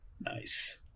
Nice